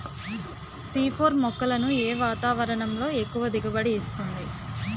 C four మొక్కలను ఏ వాతావరణంలో ఎక్కువ దిగుబడి ఇస్తుంది?